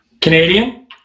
Canadian